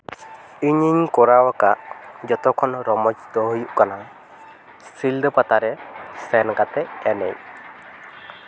ᱤᱧᱤᱧ ᱠᱚᱨᱟᱣ ᱠᱟᱫ ᱡᱚᱛᱚ ᱠᱷᱚᱱ ᱨᱚᱢᱚᱡᱽ ᱫᱚ ᱦᱩᱭᱩᱜ ᱠᱟᱱᱟ ᱥᱤᱞᱫᱟᱹ ᱯᱟᱛᱟᱨᱮ ᱥᱮᱱ ᱠᱟᱛᱮ ᱮᱱᱮᱡ